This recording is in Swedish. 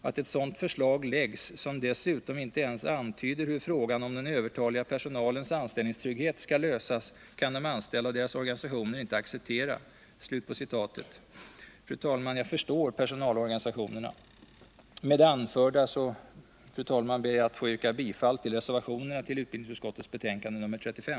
Att ett sådant förslag läggs, som dessutom inte ens antyder hur frågan om den övertaliga personalens anställningstrygghet skall lösas, kan de anställda och deras organisationer inte acceptera.” Jag förstår personalorganisationerna. Med det anförda, fru talman, ber jag att få yrka bifall till reservationerna 1 och 2 vid utbildningsutskottets betänkande nr 35.